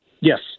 Yes